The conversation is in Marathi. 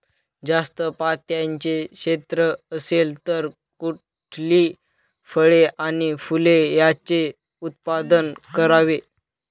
जास्त पात्याचं क्षेत्र असेल तर कुठली फळे आणि फूले यांचे उत्पादन करावे?